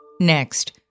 Next